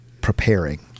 preparing